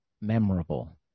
memorable